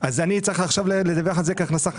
אז אני עכשיו צריך לדווח על זה כהכנסה חייבת?